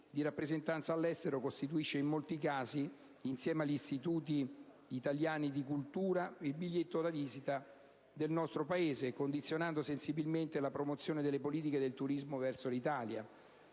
di rappresentanza all'estero costituisce in molti casi, insieme agli istituti italiani di cultura, il biglietto da visita del nostro Paese, condizionando sensibilmente la promozione delle politiche del turismo verso l'Italia.